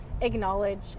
acknowledge